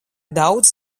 daudz